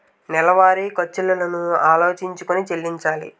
నెలవారి ఖర్చులను ఆలోచించుకొని చెల్లించాలి